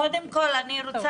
קודם כול בעניין